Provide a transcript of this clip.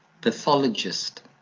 pathologist